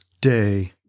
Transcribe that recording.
Day